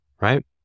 Right